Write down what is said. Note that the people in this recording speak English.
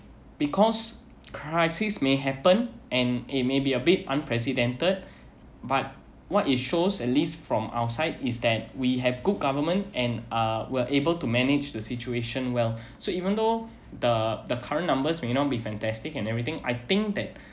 because crisis may happen and it may be a bit unprecedented but what it shows at least from outside is that we have good government and uh we are able to manage the situation well so even though the the current numbers may not be fantastic and everything I think that